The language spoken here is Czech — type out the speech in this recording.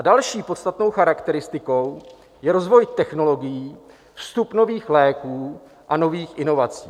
Další podstatnou charakteristikou je rozvoj technologií, vstup nových léků a nových inovací.